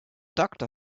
doctor